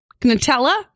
Nutella